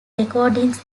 recording